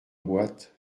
boîte